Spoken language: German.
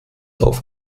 auf